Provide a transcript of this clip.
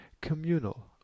communal